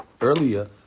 earlier